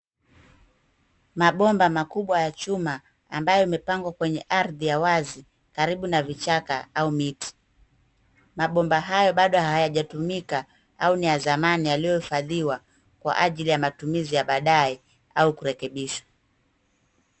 Mabomba makubwa ya chuma, ambayo imepangwa kwenye ardhi ya wazi, karibu na vichaka, au miti. Mabomba haya bado hayajatumika, au ni ya zamani yaliyohifadhiwa, kwa ajili ya matumizi ya baadaye, au kurekebishwa.